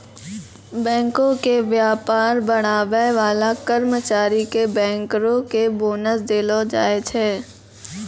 बैंको के व्यापार बढ़ाबै बाला कर्मचारी के बैंकरो के बोनस देलो जाय छै